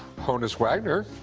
honus wagner,